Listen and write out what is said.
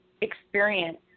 experience